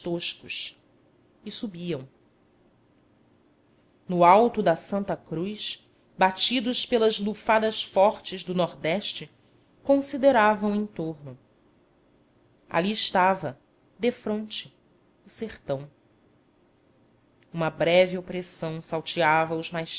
e subiam no alto da santa cruz batidos pelas lufadas fortes do nordeste consideravam em torno ali estava defronte o sertão uma breve opressão salteava os mais